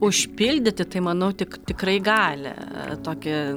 užpildyti tai manau tik tikrai gali tokį